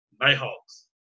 Nighthawks